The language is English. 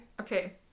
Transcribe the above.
Okay